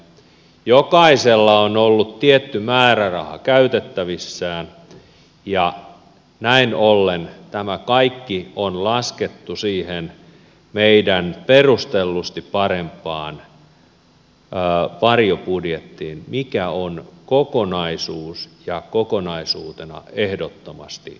jokaisella on ollut tietty määräraha käytettävissään ja näin ollen tämä kaikki on laskettu siihen meidän perustellusti parempaan varjobudjettiin mikä on kokonaisuus ja kokonaisuutena ehdottomasti parempi